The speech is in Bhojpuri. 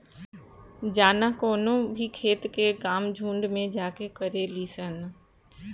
जाना कवनो भी खेत के काम झुंड में जाके करेली सन